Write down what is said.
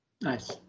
Nice